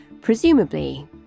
Presumably